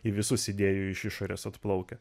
į visus idėjų iš išorės atplaukia